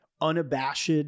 unabashed